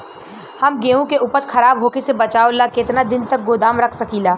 हम गेहूं के उपज खराब होखे से बचाव ला केतना दिन तक गोदाम रख सकी ला?